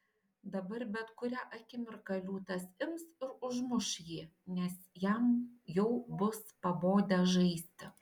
dabar bet kurią akimirką liūtas ims ir užmuš jį nes jam jau bus pabodę žaisti